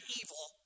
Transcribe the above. evil